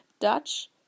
Dutch